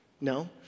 No